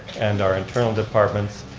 and our internal departments.